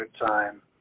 time